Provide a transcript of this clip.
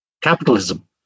capitalism